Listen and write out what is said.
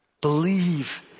Believe